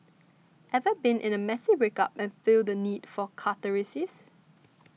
ever been in a messy breakup and feel the need for catharsis